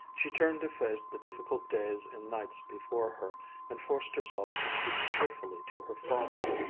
she turned to face the difficult days and nights before her and forced herself to speak cheerfully to her father,